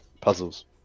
puzzles